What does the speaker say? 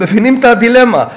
מבינים את הדילמה?